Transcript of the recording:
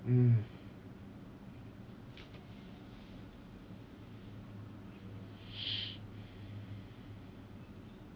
mm